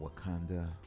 Wakanda